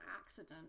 accident